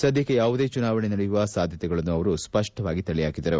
ಸದ್ದಕ್ಷೆ ಯಾವುದೇ ಚುನಾವಣೆ ನಡೆಯುವ ಸಾದ್ಯತೆಗಳನ್ನು ಅವರು ಸ್ಪಷ್ಟವಾಗಿ ತಳ್ಳಹಾಕಿದರು